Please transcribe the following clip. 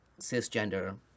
cisgender